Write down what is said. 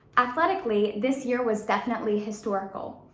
athletically, this year was definitely historical.